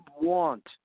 want